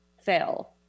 fail